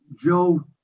Joe